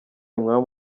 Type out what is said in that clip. umwami